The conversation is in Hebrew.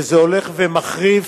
וזה הולך ומחריף